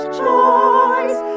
choice